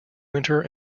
winter